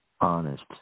honest